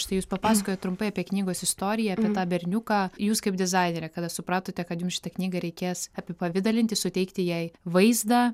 štai jūs papasakojot trumpai apie knygos istoriją apie tą berniuką jūs kaip dizainerė kada supratote kad jum šitą knygą reikės apipavidalinti suteikti jai vaizdą